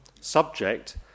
subject